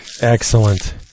Excellent